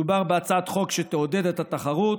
מדובר בהצעת חוק שתעודד את התחרות